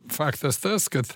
faktas tas kad